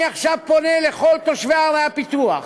אני עכשיו פונה לכל תושבי ערי הפיתוח,